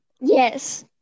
Yes